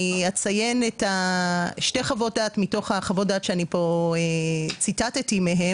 אני אציין שתי חוות דעת מתוך חוות הדעת שאני ציטטתי מהן,